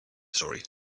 sorry